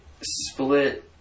split